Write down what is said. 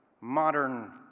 modern